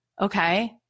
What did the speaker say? Okay